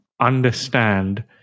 understand